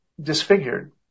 disfigured